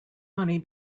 money